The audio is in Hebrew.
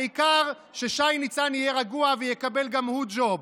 העיקר ששי ניצן יהיה רגוע ויקבל גם הוא ג'וב.